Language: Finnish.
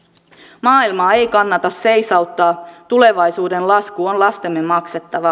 maailmaa ei kannata seisauttaa tulevaisuuden lasku on lastemme maksettava